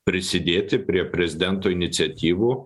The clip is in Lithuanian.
prisidėti prie prezidento iniciatyvų